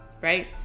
right